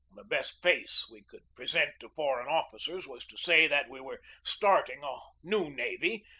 the best face we could present to foreign officers was to say that we were starting a new navy,